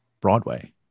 Broadway